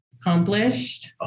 Accomplished